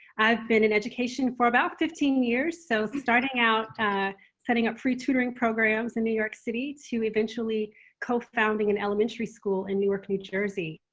i've been in education for about fifteen years. so starting out setting up free tutoring programs in new york city to eventually co-founding an elementary school in newark, new jersey.